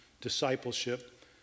discipleship